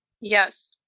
yes